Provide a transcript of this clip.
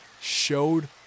showed